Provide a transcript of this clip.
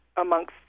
amongst